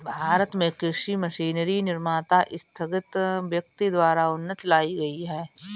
भारत में कृषि मशीनरी निर्माता स्थगित व्यक्ति द्वारा उन्नति लाई गई है